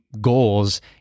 goals